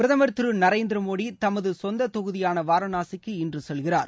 brother திரு நரேந்திர மோடி தமது சொந்த தொகுதியான வாரணாசிக்கு இன்று செல்கிறார்